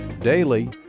Daily